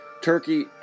Turkey